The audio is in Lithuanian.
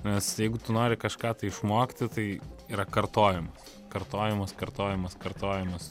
nes jeigu tu nori kažką išmokti tai yra kartojimas kartojimas kartojimas kartojimas